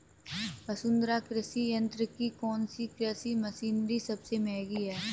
वसुंधरा कृषि यंत्र की कौनसी कृषि मशीनरी सबसे महंगी है?